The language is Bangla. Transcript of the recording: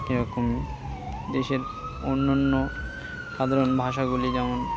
এরকমই দেশের অন্য অন্য সাধারণ ভাষাগুলি যেমন